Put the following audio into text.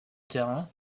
terrain